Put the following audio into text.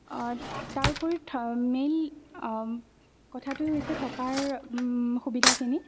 তাৰ উপৰি কথাটোৱে হৈছে থকাৰ সুবিধাখিনি